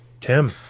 Tim